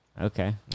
Okay